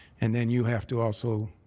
and then you have to also